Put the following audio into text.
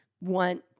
want